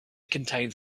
contains